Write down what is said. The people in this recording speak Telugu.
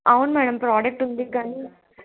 అవును మ్యాడమ్ ప్రోడక్ట్ ఉంది కానీ